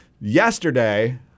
yesterday